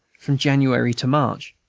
from january to march,